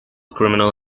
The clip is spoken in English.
criminal